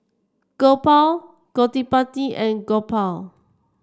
Gopal Gottipati and Gopal